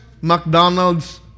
McDonald's